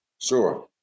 Sure